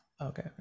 Okay